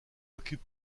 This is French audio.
occupe